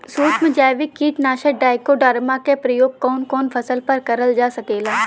सुक्ष्म जैविक कीट नाशक ट्राइकोडर्मा क प्रयोग कवन कवन फसल पर करल जा सकेला?